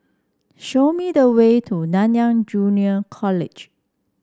show me the way to Nanyang Junior College